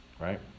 right